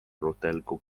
luterliku